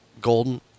golden